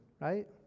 right